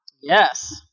Yes